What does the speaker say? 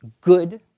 good